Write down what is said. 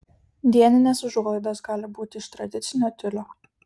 dieninės užuolaidos gali būti iš tradicinio tiulio